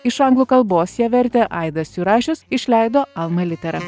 iš anglų kalbos ją vertė aidas jurašius išleido alma littera